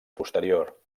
posterior